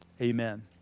amen